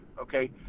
Okay